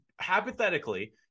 hypothetically